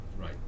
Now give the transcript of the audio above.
right